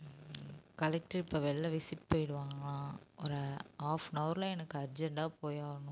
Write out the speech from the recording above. collector இப்போ வெளில visit போயிடுவாங்கலாம் ஒரு ஆஃப் ஆன் அவரில் எனக்கு அர்ஜெண்டாக போயாகணும்